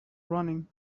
running